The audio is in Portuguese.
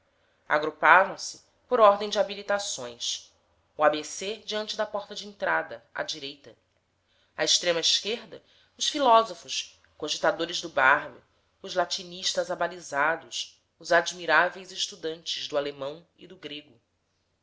agrupavam se por ordem de habilitações o abc diante da porta de entrada à direita à extrema esquerda os filósofos cogitadores do barbe os latinistas abalizados os admiráveis estudantes do alemão e do grego